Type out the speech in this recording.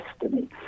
destiny